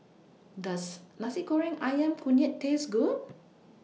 Does Nasi Goreng Ayam Kunyit Taste Good